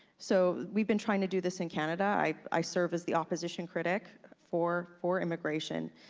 so we've been trying to do this in canada. i serve as the opposition critic for for immigration,